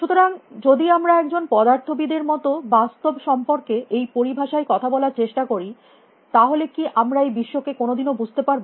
সুতরাং যদি আমরা একজন পদার্থবিদের মত বাস্তব সম্পর্কে এই পরিভাষায় কথা বলার চেষ্টা করি তাহলে কি আমরা এই বিশ্বকে কোনো দিনও বুঝতে পারব